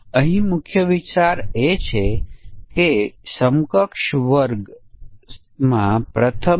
જો ત્યાં બહુવિધ પરિમાણો છે તો પછી આપણે સમકક્ષ વર્ગોના સંયોજનોને જોવાની જરૂર છે